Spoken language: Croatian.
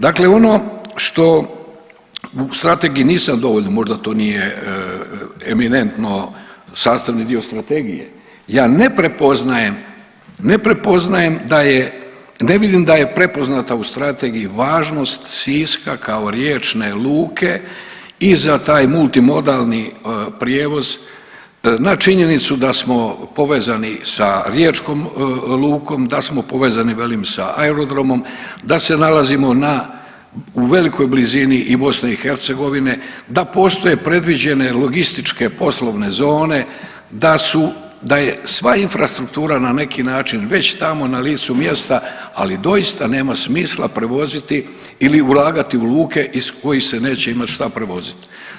Dakle ono što u Strategiji nisam dovoljno, možda to nije eminentno sastavni dio Strategije, ja ne prepoznajem da je, ne vidim da je prepoznata u Strategiji važnost Siska kao riječne luke i za taj multimodalni prijevoz, na činjenicu da smo povezani sa riječkom lukom, da smo povezani, velim, sa aerodromom, da se nalazimo na, u velikoj blizini i BiH, da postoje predviđene logističke poslovne zone, da su, da je sva infrastruktura na neki način već tamo na licu mjesta, ali doista nema smisla prevoziti ili ulagati u luke iz kojih se neće imati šta prevoziti.